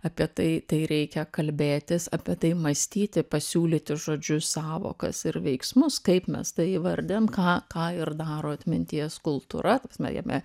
apie tai tai reikia kalbėtis apie tai mąstyti pasiūlyti žodžius sąvokas ir veiksmus kaip mes tai įvardinam ką ką ir daro atminties kultūra ta prasme jame